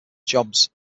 jobs